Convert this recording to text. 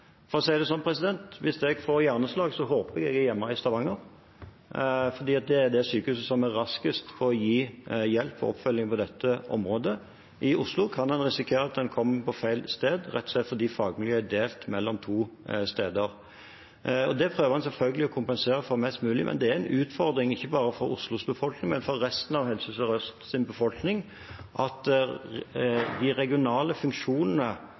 For å si det sånn: Hvis jeg får hjerneslag, håper jeg at jeg er hjemme i Stavanger, for det er det sykehuset som raskest gir hjelp og oppfølging på det området. I Oslo kan man risikere å komme på feil sted, rett og slett fordi fagmiljøet er delt mellom to steder. Det prøver man selvfølgelig å kompensere for mest mulig, men det er en utfordring – ikke bare for Oslos befolkning, men også for resten av Helse Sør-Østs befolkning – at de regionale funksjonene